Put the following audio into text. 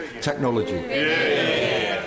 technology